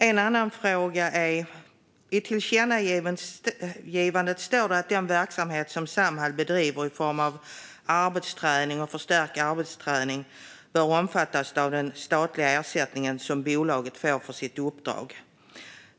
En annan fråga är: I tillkännagivandet står det att den verksamhet som Samhall bedriver i form av arbetsträning och förstärkt arbetsträning bör omfattas av den statliga ersättningen som bolaget får för sitt uppdrag.